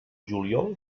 juliol